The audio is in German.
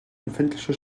empfindliche